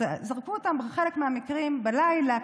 אז זרקו אותם בחלק מהמקרים בלילה,